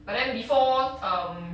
but then before um